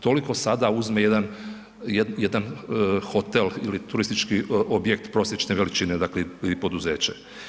Toliko sada uzme jedan, jedan hotel ili turistički objekt prosječne veličine, dakle i poduzeće.